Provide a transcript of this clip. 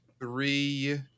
three